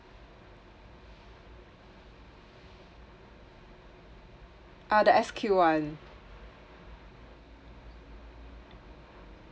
ah the S_Q one